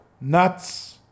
nuts